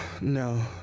no